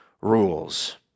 rules